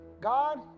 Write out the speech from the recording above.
God